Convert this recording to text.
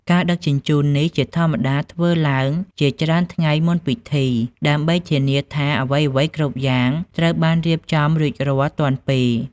ការដឹកជញ្ជូននេះជាធម្មតាធ្វើឡើងជាច្រើនថ្ងៃមុនពិធីដើម្បីធានាថាអ្វីៗគ្រប់យ៉ាងត្រូវបានរៀបចំរួចរាល់ទាន់ពេល។